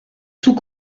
sous